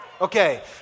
Okay